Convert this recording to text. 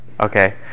Okay